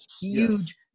Huge